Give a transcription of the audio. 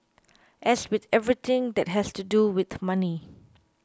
as with everything that has to do with money